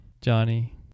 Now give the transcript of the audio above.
Johnny